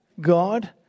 God